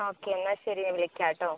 okay എന്നാൽ ശരി ഞാൻ വിളിക്കാം കേട്ടോ